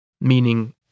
meaning